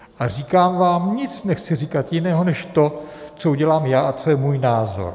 A říkám vám, nic nechci říkat jiného než to, co udělám já a co je můj názor.